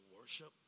worship